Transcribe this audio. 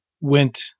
went